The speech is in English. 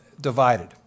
divided